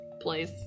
place